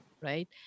right